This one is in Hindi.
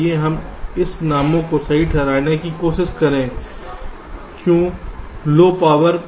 आइए हम इस नाम को सही ठहराने की कोशिश करें क्यों लो पावर